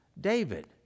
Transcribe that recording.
David